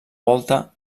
volta